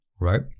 right